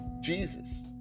Jesus